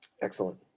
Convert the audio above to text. Excellent